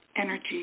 energy